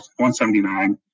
179